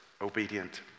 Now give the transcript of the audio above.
obedient